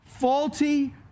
faulty